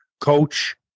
coach